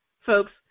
folks